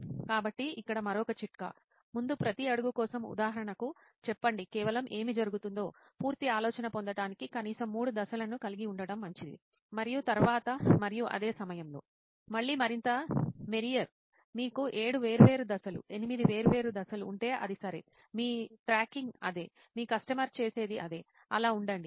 కాబట్టి ఇక్కడ మరొక చిట్కా ముందు ప్రతి అడుగు కోసం ఉదాహరణకు చెప్పండి కేవలం ఏమి జరుగుతుందో పూర్తి ఆలోచన పొందడానికి కనీసం మూడు దశలను కలిగి ఉండటం మంచిది మరియు తర్వాత మరియు అదే సమయంలో మళ్ళీ మరింత మెరియర్ మీకు ఏడు వేర్వేరు దశలు ఎనిమిది వేర్వేరు దశలు ఉంటే అది సరే మీ ట్రాకింగ్ అదే మీ కస్టమర్ చేసేది అదే అలా ఉండండి